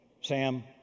Sam